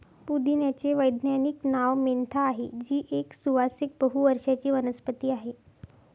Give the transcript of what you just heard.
पुदिन्याचे वैज्ञानिक नाव मेंथा आहे, जी एक सुवासिक बहु वर्षाची वनस्पती आहे